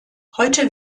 heute